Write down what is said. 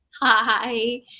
Hi